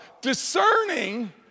Discerning